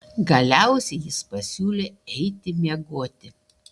galiausiai jis pasiūlė eiti miegoti